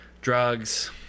drugs